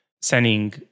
sending